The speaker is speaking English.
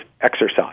exercise